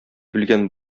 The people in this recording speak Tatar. белгән